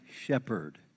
shepherd